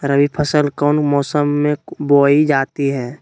रबी फसल कौन मौसम में बोई जाती है?